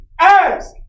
Ask